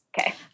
Okay